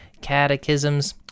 catechisms